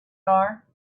are